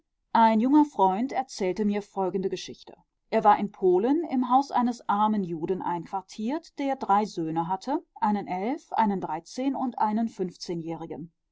ein junger freund erzählte mir folgende geschichte er war in polen im haus eines armen juden einquartiert der drei söhne hatte einen elfeinen dreizehn einen fünfzehnjährigen